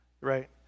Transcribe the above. right